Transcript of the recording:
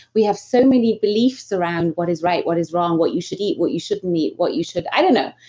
we have so many beliefs around what is right, what is wrong, what you should eat, what you shouldn't eat, what you should. i don't know,